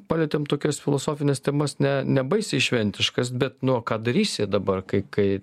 palietėm tokias filosofines temas ne nebaisiai šventiškas bet nu o ką darysi dabar kai kai